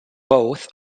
both